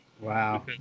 Wow